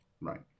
Right